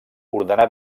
ordenar